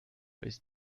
ist